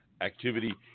activity